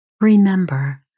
Remember